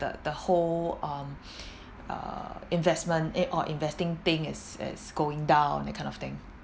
the the whole um uh investment eh or investing thing is is going down that kind of thing